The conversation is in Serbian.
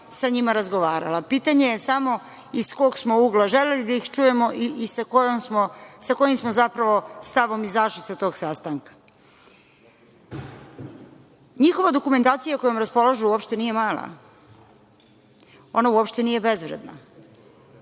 sa njima razgovarala. Pitanje je samo iz kog smo ugla želeli da ih čujemo i sa kojim smo zapravo stavom izašli sa tog sastanka. Njihova dokumentacija kojom raspolažu uopšte nije mala. Ona uopšte nije bezvredna